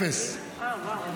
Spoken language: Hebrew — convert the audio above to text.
כמה מקבלים